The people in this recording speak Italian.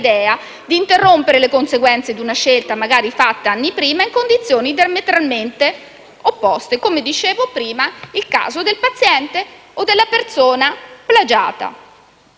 di interrompere le conseguenze di una scelta fatta magari anni prima in condizioni diametralmente opposte, come nel caso del paziente o della persona plagiata.